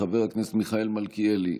חבר הכנסת מיכאל מלכיאלי,